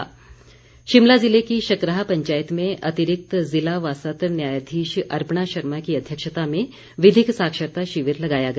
विधिक साक्षरता शिमला जिले की शकराह पंचायत में अतिरिक्त ज़िला व सत्र न्यायाधीश अर्पणा शर्मा की अध्यक्षता में विधिक साक्षरता शिविर लगाया गया